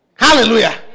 Hallelujah